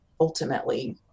ultimately